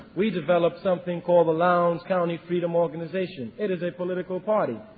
we developed something called the lowndes county freedom organization. it is a political party.